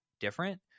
different